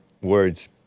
words